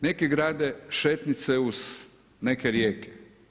Neki grade šetnice uz neke rijeke.